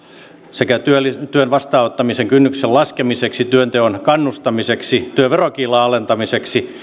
sekä työn vastaanottamisen kynnyksen laskemiseksi työnteon kannustamiseksi työn verokiilan alentamiseksi